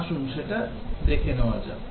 আসুন সেটা দেখে নেওয়া যাক